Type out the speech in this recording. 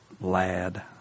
lad